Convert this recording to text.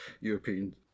European